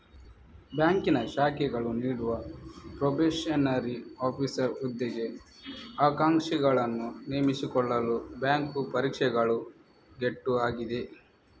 ಬ್ಯಾಂಕಿನ ಶಾಖೆಗಳು ನೀಡುವ ಪ್ರೊಬೇಷನರಿ ಆಫೀಸರ್ ಹುದ್ದೆಗೆ ಆಕಾಂಕ್ಷಿಗಳನ್ನು ನೇಮಿಸಿಕೊಳ್ಳಲು ಬ್ಯಾಂಕು ಪರೀಕ್ಷೆಗಳು ಗೇಟ್ವೇ ಆಗಿದೆ